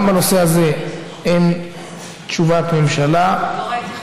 גם בנושא הזה אין תשובת ממשלה.